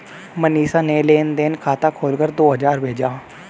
मनीषा ने लेन देन खाता खोलकर दो हजार भेजा